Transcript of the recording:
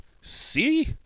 See